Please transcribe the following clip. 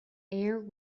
air